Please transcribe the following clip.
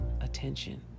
attention